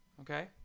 Okay